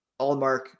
Allmark